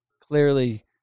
clearly